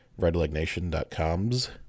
RedLegNation.com's